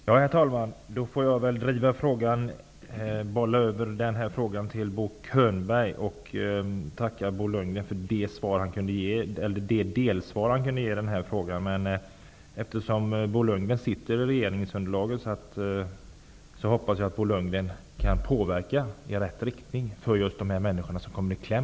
Herr talman! Då får jag väl bolla över denna fråga till Bo Könberg och tacka Bo Lundgren för det delsvar han kunde ge i denna fråga. Eftersom Bo Lundgren tillhör regeringen hoppas jag att han påverkar i rätt riktning, för att hjälpa de människor som kommer i kläm.